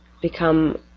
become